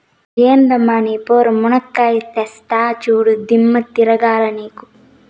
ఎందమ్మ నీ పోరు, మునక్కాయా తెస్తా చూడు, దిమ్మ తిరగాల నీకు